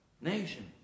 Nation